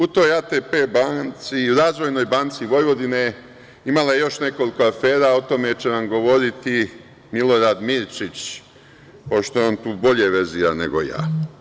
U toj ATP banci, Razvojnoj banci Vojvodine imala je još nekoliko afera, o tome će vam govoriti Milorad Mirčić, pošto je on tu bolja verzija nego ja.